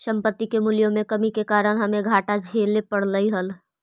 संपत्ति के मूल्यों में कमी के कारण हमे घाटा झेले पड़लइ हल